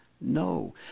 No